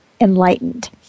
enlightened